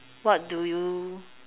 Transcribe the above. what do you